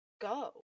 go